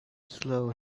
slow